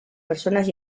personas